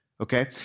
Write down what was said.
okay